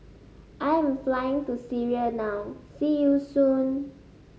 I am flying to Syria now see you soon